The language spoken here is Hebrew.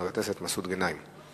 חבר הכנסת מסעוד גנאים.